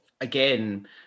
again